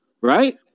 Right